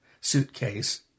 suitcase